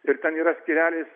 ir ten yra skyrelis